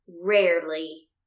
Rarely